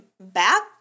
back